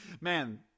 Man